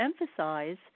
emphasize